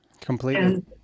Completely